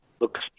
Looks